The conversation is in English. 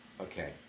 Okay